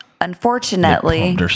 unfortunately